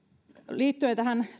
liittyen tähän